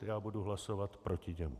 Já budu hlasovat proti němu.